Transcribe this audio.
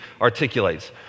articulates